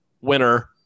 winner